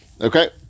Okay